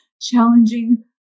challenging